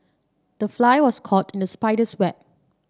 the fly was caught in the spider's web